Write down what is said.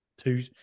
two